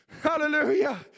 hallelujah